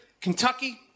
Kentucky